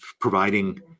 providing